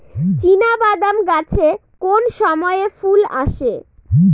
চিনাবাদাম গাছে কোন সময়ে ফুল আসে?